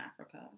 africa